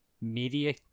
media